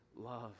love